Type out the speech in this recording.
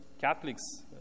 Catholics